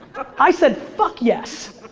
i said fuck yes.